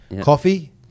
coffee